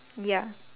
ya